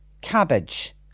cabbage